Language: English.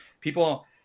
people